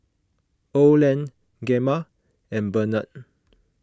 Oland Gemma and Barnett